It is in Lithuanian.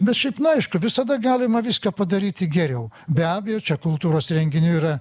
bet šiaip na aišku visada galima viską padaryti geriau be abejo čia kultūros renginių yra